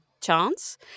chance